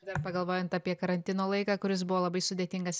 dar pagalvojant apie karantino laiką kuris buvo labai sudėtingas